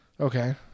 okay